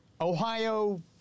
Ohio